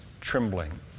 trembling